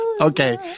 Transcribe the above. Okay